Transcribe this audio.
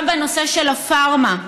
גם בנושא של הפארמה,